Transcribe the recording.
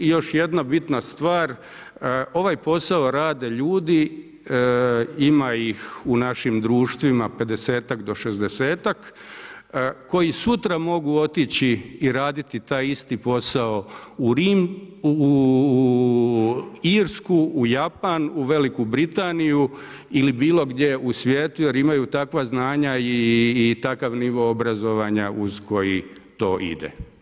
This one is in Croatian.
I još jedna bitna stvar, ovaj posao rade ljudi, ima ih u našim društvima 50-ak do 60-ak koji sutra mogu otići i raditi taj isti posao u Irsku, u Japan, u Veliku Britaniju ili bilo gdje u svijetu jer imaju takva znanja i takav nivo obrazovanja uz koji to ide.